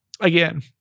Again